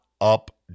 up